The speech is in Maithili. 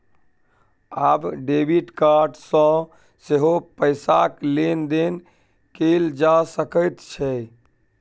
आब डेबिड कार्ड सँ सेहो पैसाक लेन देन कैल जा सकैत छै